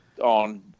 on